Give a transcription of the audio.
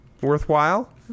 worthwhile